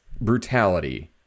brutality